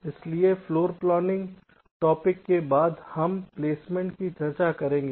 इसलिए floor planning topic के बाद हम प्लेसमेंट की चर्चा करेंगे